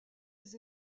les